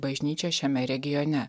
bažnyčią šiame regione